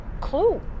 clue